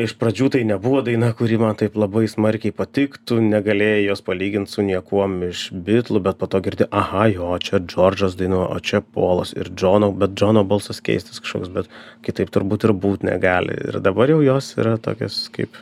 iš pradžių tai nebuvo daina kuri man taip labai smarkiai patiktų negalėjai jos palygint su niekuom iš bitlų bet po to girdi aha jo čia džordžas dainuoja o čia polas ir džono bet džono balsas keistas kažkoks bet kitaip turbūt ir būt negali ir dabar jau jos yra tokios kaip